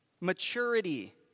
Maturity